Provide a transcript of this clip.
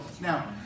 Now